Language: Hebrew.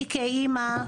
אני כאימא,